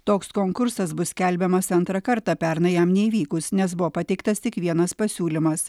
toks konkursas bus skelbiamas antrą kartą pernai jam neįvykus nes buvo pateiktas tik vienas pasiūlymas